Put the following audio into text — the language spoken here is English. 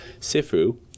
Sifu